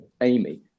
Amy